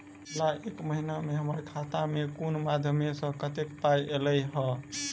पिछला एक महीना मे हम्मर खाता मे कुन मध्यमे सऽ कत्तेक पाई ऐलई ह?